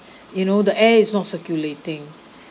you know the air is not circulating